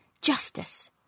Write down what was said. justice